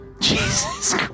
Jesus